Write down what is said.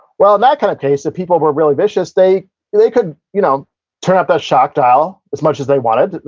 well, in that kind of case, if people were really vicious, they they could you know turn up that shock dial as much as they wanted.